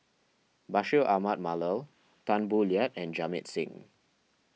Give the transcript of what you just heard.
Bashir Ahmad Mallal Tan Boo Liat and Jamit Singh